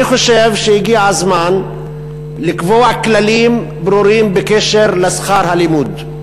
אני חושב שהגיע הזמן לקבוע כללים ברורים בקשר לשכר הלימוד.